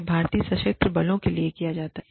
यह भारतीय सशस्त्र बलों में किया जाता है